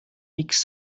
nix